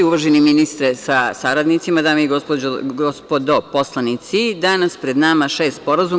Uvaženi ministre sa saradnicima, dame i gospodo poslanici, danas je pred nama šest sporazuma.